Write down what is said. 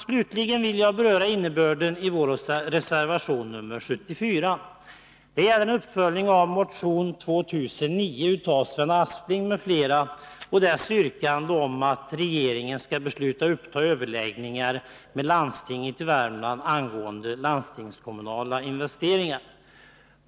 Jag vill även beröra innebörden i vår reservation nr 74. Den gäller en uppföljning av motion 2009 av Sven Aspling m.fl. och dess yrkande om att regeringen skall besluta att uppta överläggningar med landstinget i Värmland angående landstingskommunala investeringar.